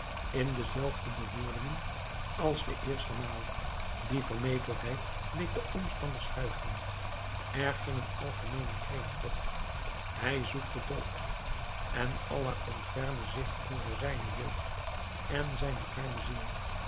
in de zelfde bewoordingen als de eerste maal die vermetelheid deed de omstanders huiveren er ging een algemeene kreet op hij zoekt den dood en allah ontferme zich over zijne jeugd en zijne arme ziel